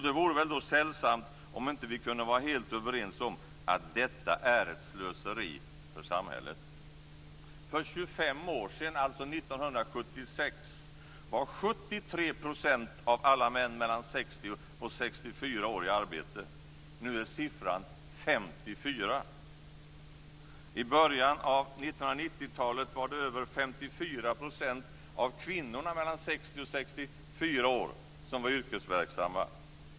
Det vore väl sällsamt om vi inte kunde vara helt överens om att detta är ett slöseri för samhället. För 25 år sedan - alltså 1976 - var 73 % av alla män mellan 60 och 64 år i arbete. Nu är siffran 54 %. I början av 1990-talet var det över 54 % av kvinnorna mellan 60 och 64 år som var yrkesverksamma.